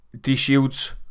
D-Shields